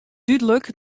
dúdlik